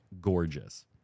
gorgeous